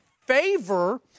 favor